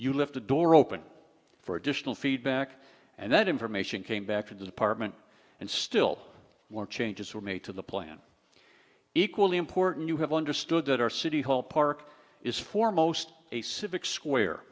you left the door open for additional feedback and that information came back to department and still more changes were made to the plan equally important you have understood that our city hall park is foremost a civic square